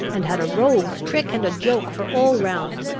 and had a rogue's trick and a joke for all round.